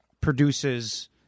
produces